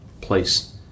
place